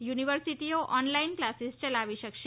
યુનિવર્સિટીઓ online classes ચલાવી શકશે